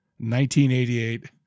1988